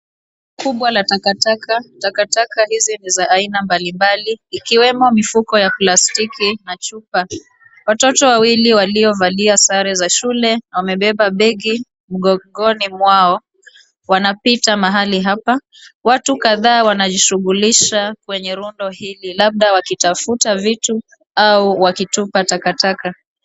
Kubwa la takataka. Takataka hizi ni za aina mbalimbali ikiwemo mifuko ya plastiki na chupa. Watoto wawili waliovalia sare za shule wamebeba begi mgongoni mwao wanapita mahali hapa. Watu kadhaa wanajishughulisha kwenye rundo hili labda wakitafuta vitu au wakitupa takataka.